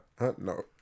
no